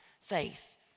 faith